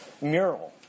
mural